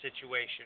situation